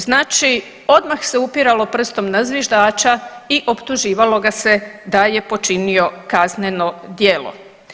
Znači odmah se upiralo prstom na zviždača i optuživalo ga se da je počinio kazneno djelo.